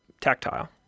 tactile